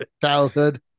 Childhood